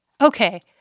Okay